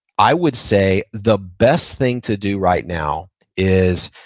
i would say the best thing to do right now is